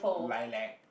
Lilac